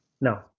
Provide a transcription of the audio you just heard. No